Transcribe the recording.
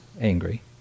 angry